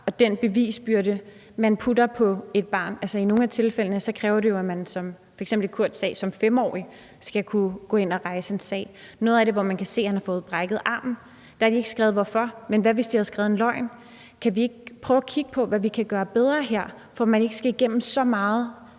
den bevisbyrde, man lægger på et barn. I nogle af tilfældene kræver det jo, at man, som f.eks. i Kurts sag, som 5-årig skal kunne gå ind at rejse en sag. Der, hvor man kan se, at han har fået brækket armen, har de ikke skrevet hvorfor, men hvad, hvis de havde skrevet en løgn? Kan vi ikke prøve at kigge på, hvad vi kan gøre bedre her, for at man ikke igen skal igennem så meget,